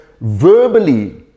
verbally